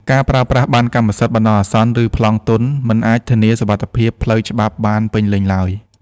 ការប្រើប្រាស់ប័ណ្ណកម្មសិទ្ធិបណ្ដោះអាសន្ន ឬ "ប្លង់ទន់" មិនអាចធានាសុវត្ថិភាពផ្លូវច្បាប់បានពេញលេញឡើយ។